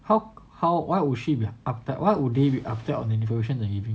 how how why would she be uptight why would they be uptight on the negotiation of the A_P